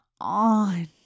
on